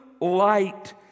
light